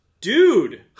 dude